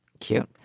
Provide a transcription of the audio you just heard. cute,